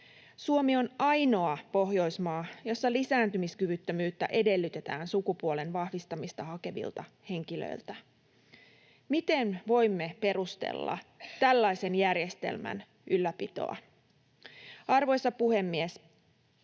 Suomi on ainoa Pohjoismaa, jossa lisääntymiskyvyttömyyttä edellytetään sukupuolen vahvistamista hakevilta henkilöiltä. Miten voimme perustella tällaisen järjestelmän ylläpitoa? Arvoisa puhemies!